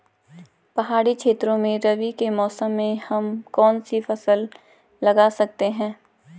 पहाड़ी क्षेत्रों में रबी के मौसम में हम कौन कौन सी फसल लगा सकते हैं?